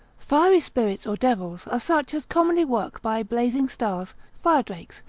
fiery spirits or devils are such as commonly work by blazing stars, fire-drakes,